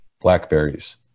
blackberries